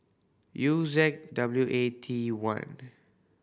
U Z W A T one